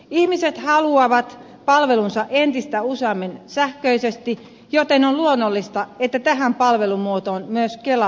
ihmiset haluavat palvelunsa entistä useammin sähköisesti joten on luonnollista että tähän palvelumuotoon myös kela panostaa